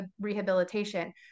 rehabilitation